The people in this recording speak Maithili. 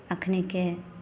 एखनिके